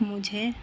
مجھے